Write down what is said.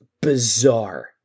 bizarre